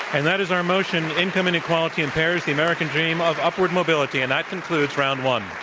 and that is our motion income inequality impairs the american dream of upward mobility. and that concludes round one.